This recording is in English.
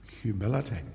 humility